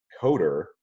coder